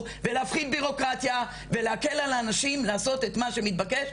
ולהפחית בירוקרטיה ולהקל על אנשים לעשות את מה שמתבקש,